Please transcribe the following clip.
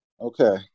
Okay